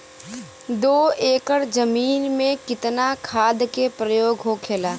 दो एकड़ जमीन में कितना खाद के प्रयोग होखेला?